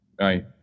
Right